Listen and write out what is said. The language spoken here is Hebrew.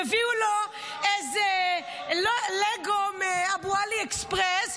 יביאו לו איזה לגו מאבו עלי אקספרס,